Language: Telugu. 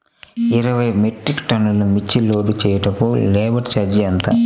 ఇరవై మెట్రిక్ టన్నులు మిర్చి లోడ్ చేయుటకు లేబర్ ఛార్జ్ ఎంత?